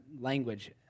language